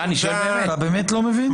אתה באמת לא מבין?